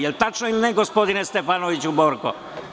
Jel tačno to ili ne, gospodine Stefanoviću Borko?